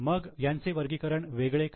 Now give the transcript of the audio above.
मग यांचे वर्गीकरण वेगळे का